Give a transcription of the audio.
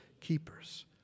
keepers